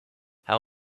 how